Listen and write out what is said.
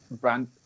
brand